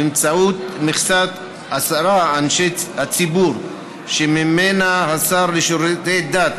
באמצעות מכסת עשרה אנשי ציבור שממנה השר לשירותי דת